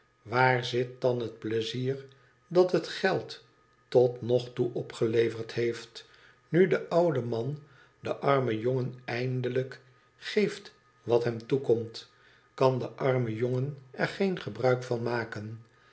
waar zit dan het pleizier dat het geld tot nog toe opgeleverd heeft nu de oude man den armen jon gen eindelijk geeft wat hem toekomt kan de arme jongen er geen gebruik van maken